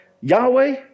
Yahweh